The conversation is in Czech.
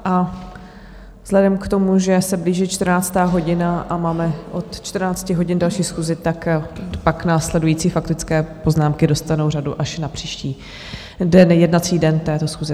A vzhledem k tomu, že se blíží čtrnáctá hodina a máme od 14 hodin další schůzi, tak pak následující faktické poznámky dostanou řadu až na příští den, jednací den této schůze.